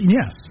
yes